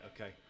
okay